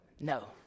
No